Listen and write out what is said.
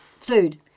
Food